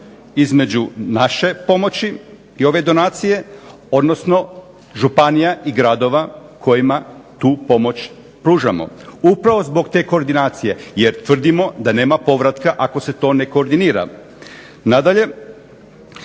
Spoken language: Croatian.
između naše pomoći i ove donacije, odnosno županija i gradova kojima tu pomoć pružamo, upravo zbog te koordinacije, jer tvrdimo da nema povratka ako se to ne koordinira.